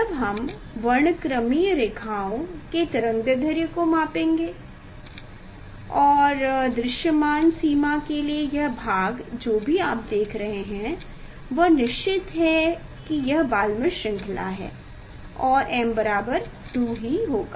जब हम वर्णक्रमीय रेखाओं के तरंगदैर्ध्य को मापेंगे और दृश्यमान सीमा के लिए यह भाग जो भी आप देख रहे हैं वह निश्चित है कि यह बालमर श्रृंखला है और m बराबर 2 होगा